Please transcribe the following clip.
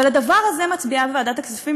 ועל הדבר הזה מצביעה ועדת הכספים,